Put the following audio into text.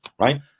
right